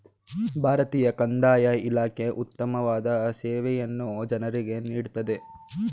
ಭಾರತೀಯ ಕಂದಾಯ ಇಲಾಖೆ ಉತ್ತಮವಾದ ಸೇವೆಯನ್ನು ಜನರಿಗೆ ನೀಡುತ್ತಿದೆ